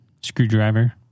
Screwdriver